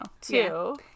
two